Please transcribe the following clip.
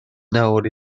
nawr